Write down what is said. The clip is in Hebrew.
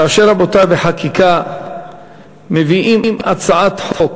כאשר, רבותי, מביאים הצעת חוק